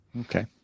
Okay